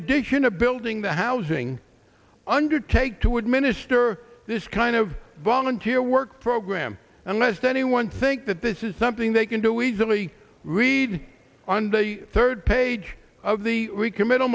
addition to building the housing undertake to administer this kind of volunteer work program and lest anyone think that this is something they can do easily read on the third page of the